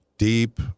deep